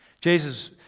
Jesus